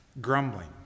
Grumbling